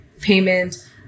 payment